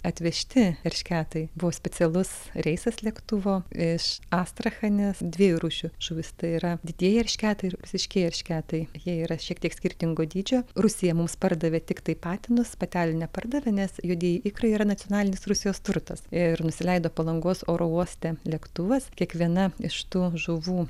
atvežti eršketai buvo specialus reisas lėktuvo iš astrachanės dviejų rūšių žuvys tai yra didieji eršketai ir rusiškieji eršketai jie yra šiek tiek skirtingo dydžio rusija mums pardavė tiktai patinus patelių nepardavė nes juodieji ikrai yra nacionalinis rusijos turtas ir nusileido palangos oro uoste lėktuvas kiekviena iš tų žuvų